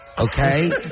Okay